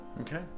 okay